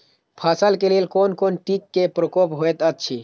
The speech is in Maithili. फसल के लेल कोन कोन किट के प्रकोप होयत अछि?